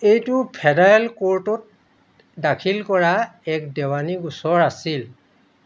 এইটো ফেডাৰেল ক'ৰ্টত দাখিল কৰা এক দেৱানী গোচৰ আছিল